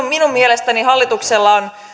minun mielestäni hallituksella on